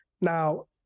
Now